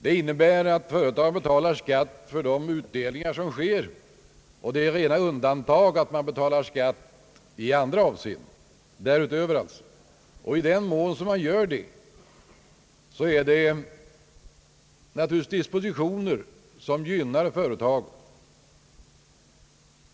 Det innebär att företagen egentligen bara betalar skatt för sina utdelningar och att det är rena undantaget att man betalar skatt därutöver — det är då fråga om dispositioner som hjälper företaget.